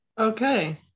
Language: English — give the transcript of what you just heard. Okay